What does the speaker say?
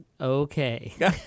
okay